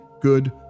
good